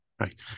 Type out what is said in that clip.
right